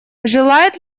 желает